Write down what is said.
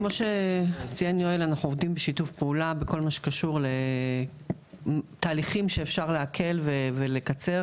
אנחנו עובדים בשיתוף פעולה בכל מה שקשור לתהליכים שאפשר להקל ולקצר,